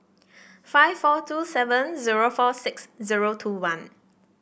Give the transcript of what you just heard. five four two seven zero four six zero two one